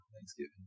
Thanksgiving